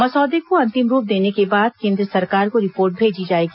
मसौदे को अंतिम रूप देने के बाद केंद्र सरकार को रिपोर्ट भेजी जाएगी